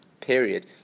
period